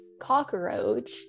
cockroach